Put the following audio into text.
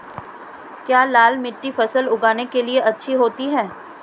क्या लाल मिट्टी फसल उगाने के लिए अच्छी होती है?